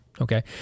Okay